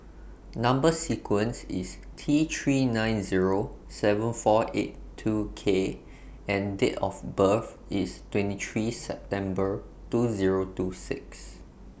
Number sequence IS T three nine Zero seven four eight two K and Date of birth IS twenty three September two Zero two six